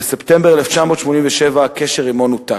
ובספטמבר 1987 הקשר עמו נותק.